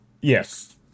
Yes